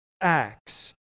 acts